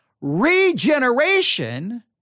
regeneration